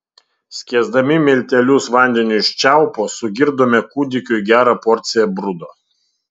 skiesdami miltelius vandeniu iš čiaupo sugirdome kūdikiui gerą porciją brudo